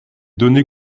données